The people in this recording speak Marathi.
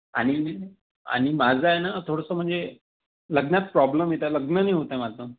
आणि आणि माझं आहे ना थोडंसं म्हणजे लग्नात प्रॉब्लेम येतं लग्न नाही होतं आहे माझं